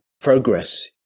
progress